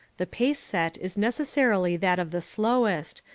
the pace set is necessarily that of the slowest,